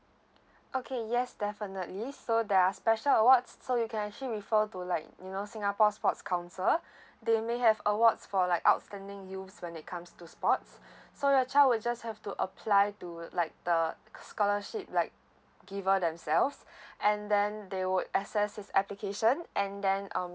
okay yes definitely so there are special awards so you can actually refer to like you know singapore sports council they may have awards for like outstanding youths when it comes to sports so your child will just have to apply to like the scholarship like giver themselves and then they would access his application and then um